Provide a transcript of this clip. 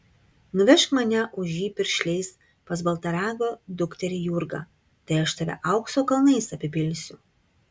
nuvežk mane už jį piršliais pas baltaragio dukterį jurgą tai aš tave aukso kalnais apipilsiu